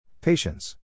Patience